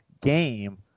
game